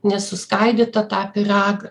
nesuskaidytą tą pyragą